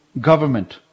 government